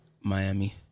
Miami